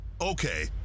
Okay